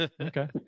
Okay